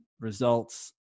results